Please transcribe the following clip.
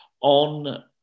on